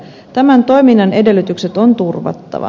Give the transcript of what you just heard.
tämän toiminnan edellytykset on turvattava